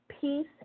Peace